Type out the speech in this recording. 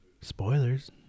Spoilers